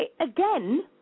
again